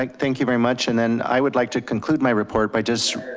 like thank you very much. and then i would like to conclude my report by just